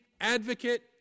advocate